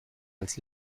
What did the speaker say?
als